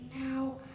now